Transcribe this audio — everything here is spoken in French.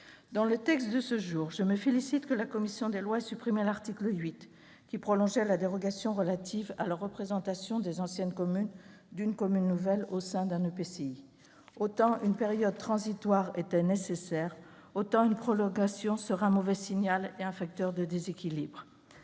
Dans le texte de ce jour, je me réjouis que la commission des lois ait supprimé l'article 8, qui prolongeait la dérogation relative à la représentation des anciennes communes d'une commune nouvelle au sein d'un EPCI. Autant une période transitoire était nécessaire, autant une prolongation serait un mauvais signal et un facteur de déséquilibre.